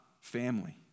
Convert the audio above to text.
family